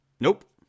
Nope